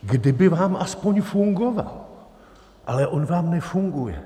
Kdyby vám aspoň fungoval, ale on vám nefunguje.